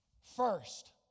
First